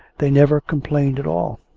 they never complained at all.